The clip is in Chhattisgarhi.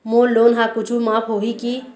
मोर लोन हा कुछू माफ होही की?